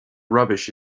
rubbish